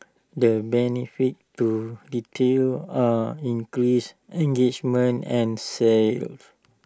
the benefits to retailers are increased engagement and sales